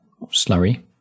slurry